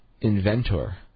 inventor